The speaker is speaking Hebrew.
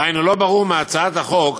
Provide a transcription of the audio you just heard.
דהיינו לא ברור מהצעת החוק